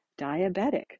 diabetic